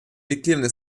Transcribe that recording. mitgliedern